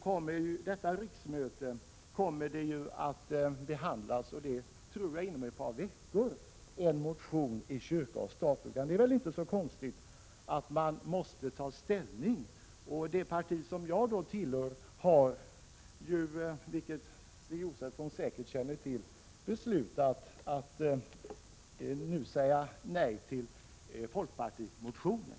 Även vid detta riksmöte — inom ett par veckor, tror jag — kommer det att behandlas en motion i kyrka-stat-frågan. Det är väl inte konstigt att man måste ta ställning, och det parti som jag tillhör har, vilket Stig Josefson säkert känner till, beslutat att nu säga nej till folkpartimotionen.